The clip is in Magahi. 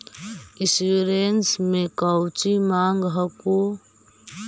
इंश्योरेंस मे कौची माँग हको?